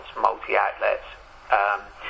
multi-outlets